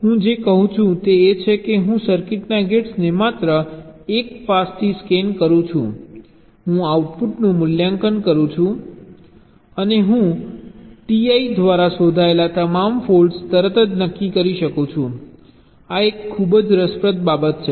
હું જે કહું છું તે એ છે કે હું સર્કિટમાંના ગેટ્સને માત્ર એક પાસથી સ્કેન કરું છું હું આઉટપુટનું મૂલ્યાંકન કરું છું અને હું Ti દ્વારા શોધાયેલ તમામ ફોલ્ટ્સ તરત જ નક્કી કરી શકું છું આ એક ખૂબ જ રસપ્રદ બાબત છે